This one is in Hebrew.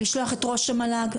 לשלוח את ראש המל"ג.